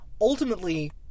ultimately